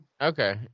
Okay